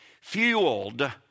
fueled